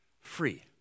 free